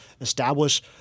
establish